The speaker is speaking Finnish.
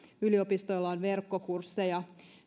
yliopistoilla on verkkokursseja